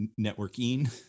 networking